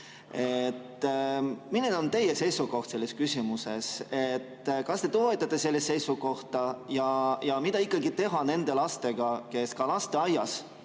Milline on teie seisukoht selles küsimuses? Kas te toetate sellist seisukohta? Ja mida ikkagi teha nende lastega, kes ka lasteaias